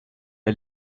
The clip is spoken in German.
ihr